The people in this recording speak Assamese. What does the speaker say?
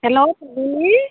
হেল্ল' পুটুলী